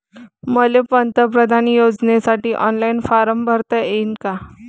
मले पंतप्रधान योजनेसाठी ऑनलाईन फारम भरता येईन का?